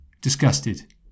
Disgusted